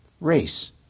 race